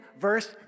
verse